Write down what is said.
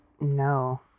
no